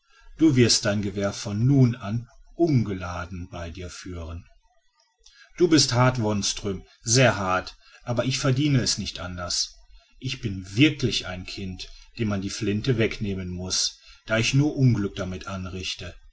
du wirst dein gewehr von nun an ungeladen bei dir führen du bist hart wonström sehr hart aber ich verdiene es nicht anders ich bin wirklich ein kind dem man die flinte wegnehmen muß da ich nur unglück damit anrichte